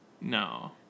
No